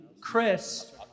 Chris